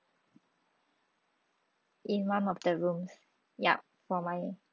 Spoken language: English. in one of the rooms yup for my